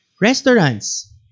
restaurants